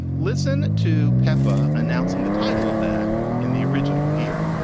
listen to pepa announcing the title of that in the original here